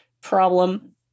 problem